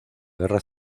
guerra